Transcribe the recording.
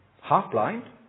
half-blind